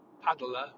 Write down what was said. paddler